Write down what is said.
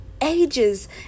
ages